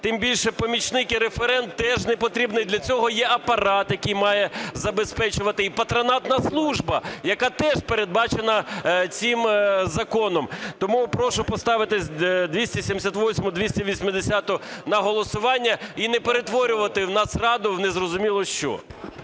тим більше помічник і референт теж не потрібний, для цього є апарат, який має забезпечувати, і патронатна служба, яка теж передбачена цим законом. Тому прошу поставити 278-у, 280-у на голосування і не перетворювати Нацраду в незрозуміло що.